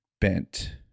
bent